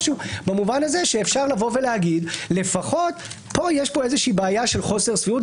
במובן הזה יש פה משהו שאשפר להגיד שלפחות יש פה בעיה של חוסר סבירות,